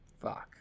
Fuck